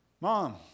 Mom